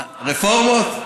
רפורמות.